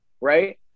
right